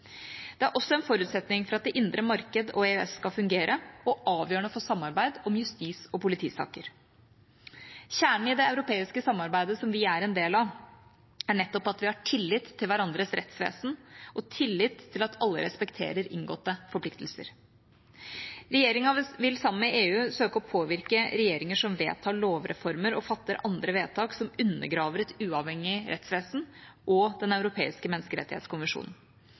Det er også en forutsetning for at det indre marked og EØS skal fungere, og avgjørende for samarbeid om justis- og politisaker. Kjernen i det europeiske samarbeidet som vi er en del av, er nettopp at vi har tillit til hverandres rettsvesen og tillit til at alle respekterer inngåtte forpliktelser. Regjeringa vil sammen med EU søke å påvirke regjeringer som vedtar lovreformer og fatter andre vedtak som undergraver et uavhengig rettsvesen og Den europeiske